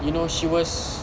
you know she was